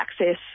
access